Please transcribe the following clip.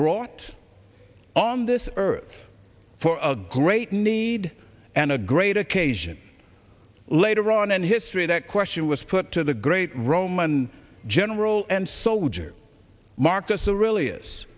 brought on this earth for a great need and a great occasion later on in history that question was put to the great roman general and soldier marcus